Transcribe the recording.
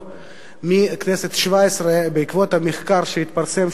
בכנסת השבע-עשרה בעקבות המחקר שהתפרסם,